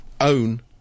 own